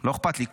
לא אכפת לי.